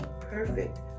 perfect